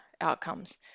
outcomes